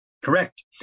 Correct